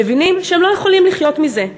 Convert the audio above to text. מבינים שהם לא יכולים לחיות מזה,